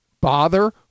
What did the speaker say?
bother